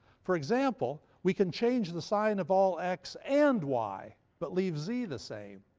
for example, we can change the sign of all x and y, but leave z the same.